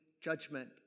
judgment